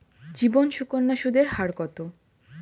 জীবন সুকন্যা সুদের হার কত?